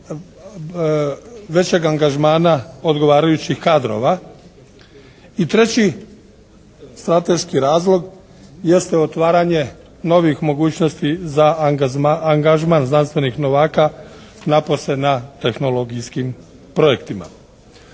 većeg angažmana odgovarajućih kadrova i treći strateški razlog jeste otvaranje novih mogućnosti za angažman znanstvenih novaka napose na tehnologijskim projektima.